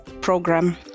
program